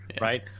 Right